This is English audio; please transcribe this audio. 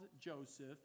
Joseph